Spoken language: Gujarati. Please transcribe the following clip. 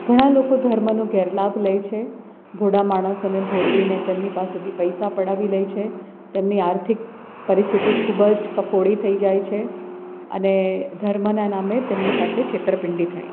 ઘણા લોકો ધર્મનો ગેરલાભ લે છે ભોળા માણસોને ભોળવીને તેમની પાસેથી પૈસા પડાવી લે છે તેમની આર્થિક પરિસ્થિતિ ખૂબ જ કફોળી થઈ જાય છે અને ધર્મના નામે તેમની સાથે છેતરપિંડી થાય છે